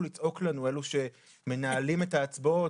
לצעוק לנו אלו שמנהלים את ההצבעות,